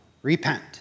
Repent